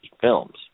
films